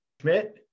Schmidt